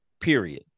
period